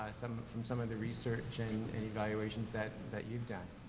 some from some of the research an and evaluations that, that you've done.